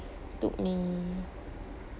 took me